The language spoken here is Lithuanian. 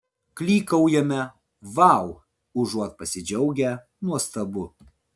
klykaujame vau užuot pasidžiaugę nuostabu